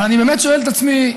אבל אני באמת שואל את עצמי,